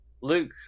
Luke